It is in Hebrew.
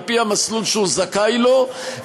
על-פי המסלול שהוא זכאי לו,